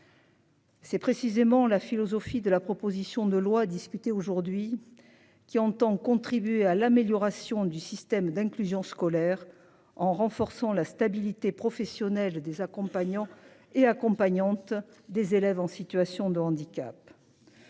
C'est précisément la philosophie de la proposition de loi discutée aujourd'hui qui entend contribuer à l'amélioration du système d'inclusion scolaire en renforçant la stabilité professionnel des accompagnants et accompagnante des élèves en situation de handicap.--